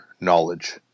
knowledge